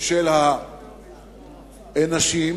של הנשים,